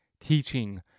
teaching